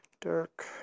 Dirk